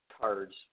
cards